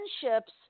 friendships